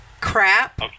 Crap